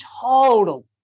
total